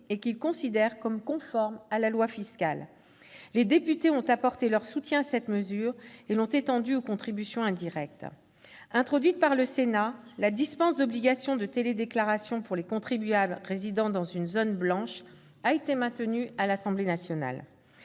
et qu'il considère comme conformes à la loi fiscale. Les députés ont apporté leur soutien à cette mesure et l'ont étendue aux contributions indirectes. Introduite par le Sénat, la dispense d'obligation de télédéclaration pour les contribuables résidant dans une zone blanche a été maintenue par l'Assemblée nationale.